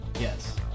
Yes